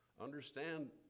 Understand